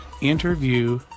Interview